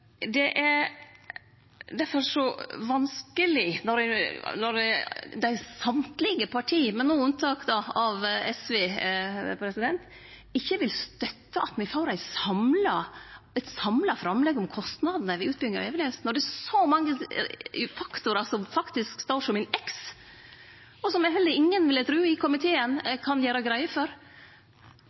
Det er difor så vanskeleg når ingen av partia, no med unntak av SV, vil støtte at me får eit samla framlegg om kostnadene ved utbygging av Evenes, når det er så mange faktorar som står som ein x, og som heller ingen – vil eg tru – i komiteen kan gjere greie for.